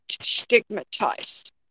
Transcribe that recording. stigmatized